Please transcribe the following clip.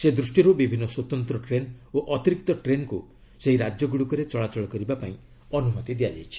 ସେ ଦୃଷ୍ଟିରୁ ବିଭିନ୍ନ ସ୍ୱତନ୍ତ ଟ୍ରେନ୍ ଓ ଅତିରିକ୍ତ ଟ୍ରେନ୍କୁ ସେହି ରାଜ୍ୟଗୁଡ଼ିକରେ ଚଳାଚଳ କରିବାକୁ ଅନୁମତି ଦିଆଯାଇଛି